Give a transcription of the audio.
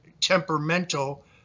temperamental